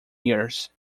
years